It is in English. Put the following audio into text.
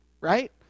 right